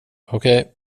okej